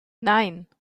nein